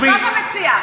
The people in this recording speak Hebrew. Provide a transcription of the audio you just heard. אז מה אתה מציע?